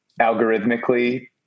algorithmically